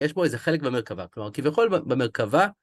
יש פה איזה חלק במרכבה, כלומר, כביכול במרכבה...